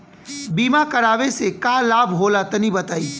बीमा करावे से का लाभ होला तनि बताई?